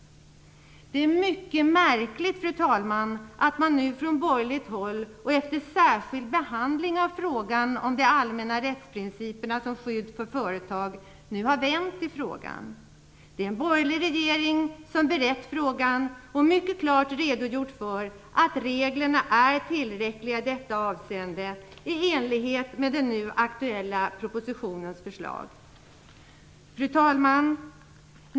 Det är mycket märkligt att man från borgerligt håll efter särskild behandling av frågan av de allmänna rättsprinciperna för skydd för företag nu har vänt i frågan. Det är en borgerlig regering som berett frågan och mycket klart redogjort för att reglerna är tillräckliga i detta avseende i enlighet med den nu aktuella propositionens förslag. Fru talman!